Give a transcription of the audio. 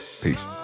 peace